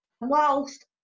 whilst